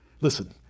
Listen